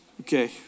Okay